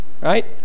Right